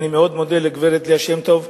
ואני מאוד מודה לגברת שמטוב,